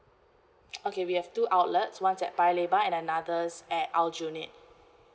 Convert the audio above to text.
okay we have two outlets one's at paya lebar and another's at aljunied